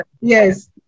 Yes